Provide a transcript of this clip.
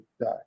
die